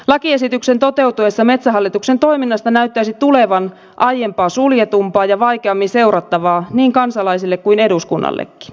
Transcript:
lakiesityksen toteutuessa metsähallituksen toiminnasta näyttäisi tulevan aiempaa suljetumpaa ja vaikeammin seurattavaa niin kansalaisille kuin eduskunnallekin